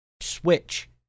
switch